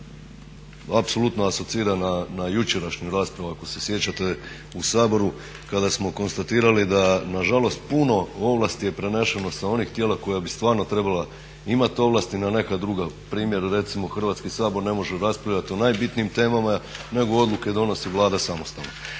Hrvatski sabor ne može raspravljati o najbitnijim temama nego odluke donosi Vlada samostalno.